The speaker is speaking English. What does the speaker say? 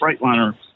Freightliner